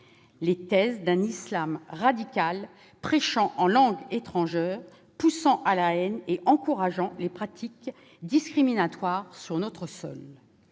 les thèses d'un islam radical, prêchant en langue étrangère, poussant à la haine et encourageant les pratiques discriminatoires sur notre sol.